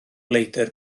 leidr